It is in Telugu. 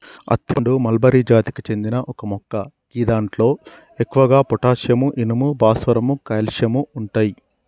అత్తి పండు మల్బరి జాతికి చెందిన ఒక మొక్క గిదాంట్లో ఎక్కువగా పొటాషియం, ఇనుము, భాస్వరం, కాల్షియం ఉంటయి